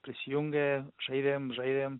prisijungė žaidėm žaidėm